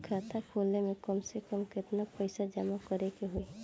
खाता खोले में कम से कम केतना पइसा जमा करे के होई?